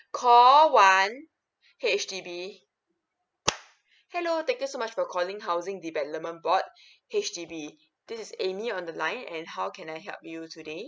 call one H_D_B hello thank you so much for calling housing development board H_D_B this is amy on the line and how can I help you today